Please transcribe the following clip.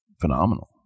phenomenal